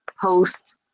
post